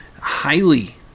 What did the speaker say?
highly